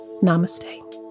namaste